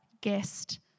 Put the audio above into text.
guest